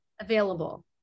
available